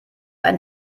ein